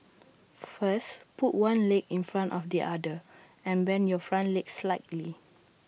first put one leg in front of the other and bend your front leg slightly